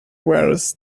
wars